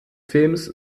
films